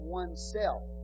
oneself